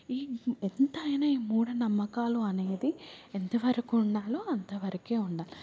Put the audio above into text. ఈ ఎంతైనా ఈ మూఢ నమ్మకాలు అనేది ఎంతవరికి ఉండాలో అంతవరకే ఉండాలి